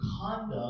conduct